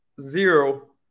zero